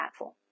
impactful